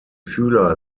fühler